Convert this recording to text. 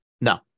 No